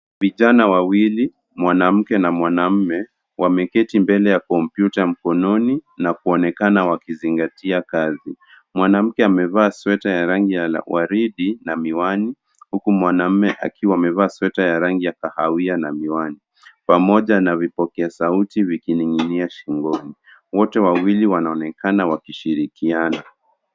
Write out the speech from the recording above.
Vijana wawili, mwanamke na mwanaume wameketi mbele ya kompyuta mkononi na kuonekana wakizingatia kazi. Mwanamke amevaa sweta ya rangi ya waridi na miwani huku mwanaume akiwa amevaa sweta ya rangi ya kahawia na miwani pamoja na vipokea sauti vikining'inia shingoni. Wote wawili wanaonekana wakishirikiana.